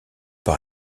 par